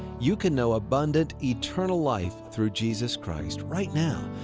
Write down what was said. you can know abundant, eternal life through jesus christ right now.